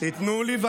תיתנו לי,